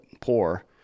poor